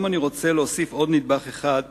היום אני רוצה להוסיף עוד נדבך אחד